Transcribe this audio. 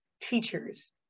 teachers